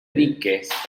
diques